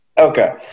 Okay